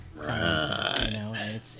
Right